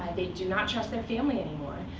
they do not trust their family anymore.